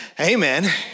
Amen